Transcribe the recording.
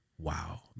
Wow